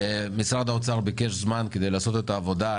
משרד האוצר ביקש זמן כדי לעשות את העבודה,